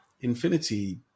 Infinity